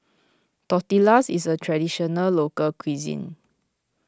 Tortillas is a Traditional Local Cuisine